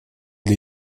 для